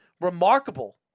remarkable